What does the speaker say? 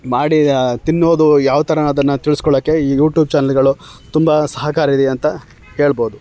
ಮಾಡಿ ತಿನ್ನೋದು ಯಾವ ಥರ ಅನ್ನೋದನ್ನು ತಿಳಿಸ್ಕೊಳ್ಳೋಕೆ ಈ ಯೂಟೂಬ್ ಚಾನಲ್ಲುಗಳು ತುಂಬ ಸಹಕಾರಿ ಇದೆ ಅಂತ ಹೇಳ್ಬೋದು